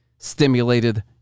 stimulated